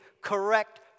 correct